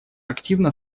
активно